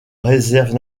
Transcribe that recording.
réserve